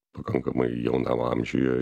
pakankamai jaunam amžiuje